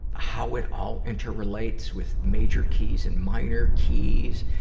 how it all interrelates with major keys and minor keys,